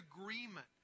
agreement